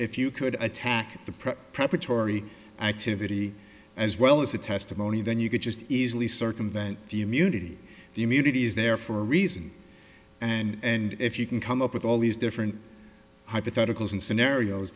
if you could attack the press preparatory activity as well as the testimony then you could just easily circumvent the immunity the immunity is there for a reason and if you can come up with all these different hypotheticals and scenarios